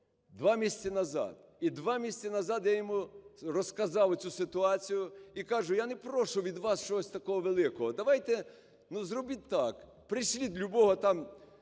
два місяці назад, і два місяці назад я йому розказав оцю ситуацію. І кажу, я не прошу від вас чогось такого великого, давайте зробіть так: пришліть любого там